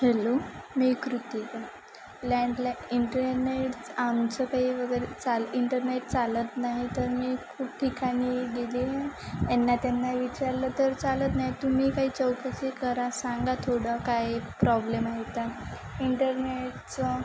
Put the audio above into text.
hello मी कृती लँडला internet आमचं काही वगैरे चाल इंटरनेट चालत नाही तर मी खूप ठिकाणी गेले यांना त्यांना विचारलं तर चालत नाही तुम्ही काही चौकशी करा सांगा थोडं काय प्रॉब्लेम आहे त्या इंटरनेटचं